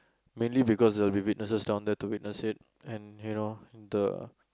mainly because there will be witnesses down there to witness it and you know the